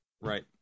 Right